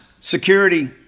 Security